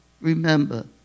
remember